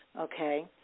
okay